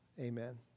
Amen